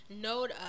note